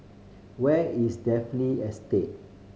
where is Dalvey Estate